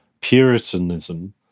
Puritanism